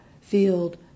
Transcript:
field